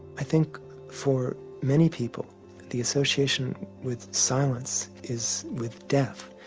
i think for many people the association with silence is with death.